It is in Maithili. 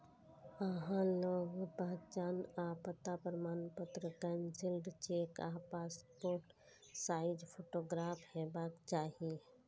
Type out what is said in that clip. अहां लग पहचान आ पता प्रमाणपत्र, कैंसिल्ड चेक आ पासपोर्ट साइज फोटोग्राफ हेबाक चाही